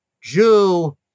Jew